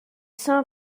seins